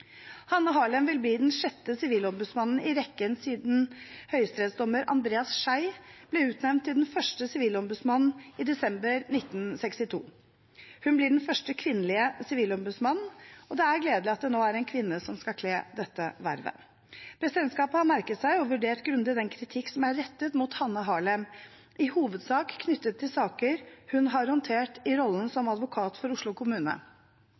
Hanne Harlem vil bli den sjette sivilombudsmannen i rekken siden høyesterettsdommer Andreas Schei ble utnevnt til den første sivilombudsmannen i desember 1962. Hun blir den første kvinnelige sivilombudsmannen, og det er gledelig at det nå er en kvinne som skal bekle dette vervet. Presidentskapet har merket seg og vurdert grundig den kritikk som er rettet mot Hanne Harlem, i hovedsak knyttet til saker hun har håndtert i rollen som advokat for Oslo kommune.